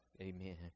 Amen